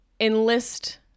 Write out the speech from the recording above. enlist